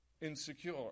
insecure